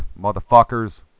motherfuckers